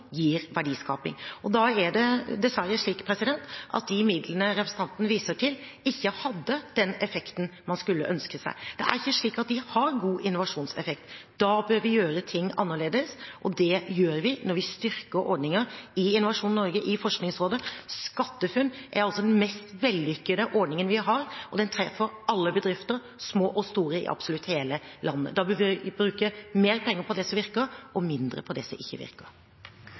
gir verdiskaping. Det er dessverre slik at de midlene representanten viser til, ikke hadde den effekten man skulle ønske seg. Det er ikke slik at de har god innovasjonseffekt. Da bør vi gjøre ting annerledes, og det gjør vi når vi styrker ordninger i Innovasjon Norge og i Forskningsrådet. SkatteFUNN er den mest vellykkede ordningen vi har. Den treffer alle bedrifter – små og store – i absolutt hele landet. Vi bør bruke mer penger på det som virker, og mindre på det som ikke virker.